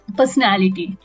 personality